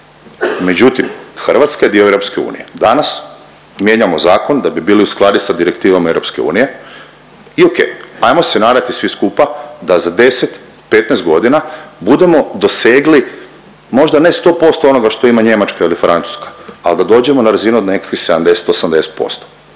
međutim, Hrvatska je dio EU, danas mijenjamo zakon da bi bili u skladu s direktivama EU i okej, ajmo se nadati svi skupa da za 10, 15 godina budemo dosegli možda ne 100% onoga što ima Njemačka ili Francuska, ali da dođemo na razinu od nekakvih 70, 80%.